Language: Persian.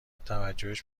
توجهش